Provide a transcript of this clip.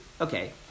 okay